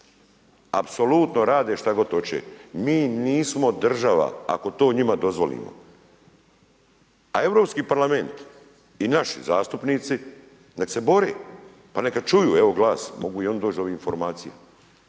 Apsolutno rade šta god hoće. Mi nismo država, ako to njima dozvolimo, a Europski parlament i naši zastupnici, nek se bore, pa neka čuju evo glas, mogu i oni doć do ovih informacija.